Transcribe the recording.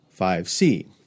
5c